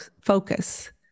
focus